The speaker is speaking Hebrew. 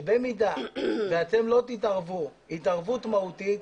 שבמידה ואתם לא תתערבו התערבות מהותית,